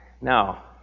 Now